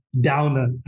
Downer